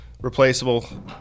replaceable